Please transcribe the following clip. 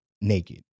naked